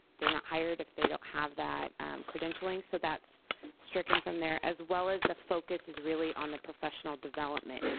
they're not hired if they don't have that credentialing so that's stricken from there, as well as the focus is really on the professional development.